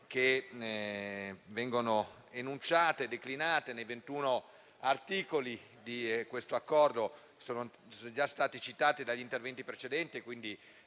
materie enunciate e declinate nei 21 articoli di questo Accordo sono già state citate dagli interventi precedenti, quindi